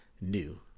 new